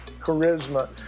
charisma